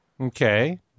Okay